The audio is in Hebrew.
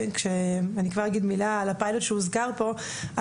אני כבר אגיד מילה על הפיילוט שהוזכר פה,